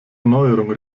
erneuerung